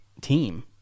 team